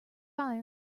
fire